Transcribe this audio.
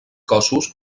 cossos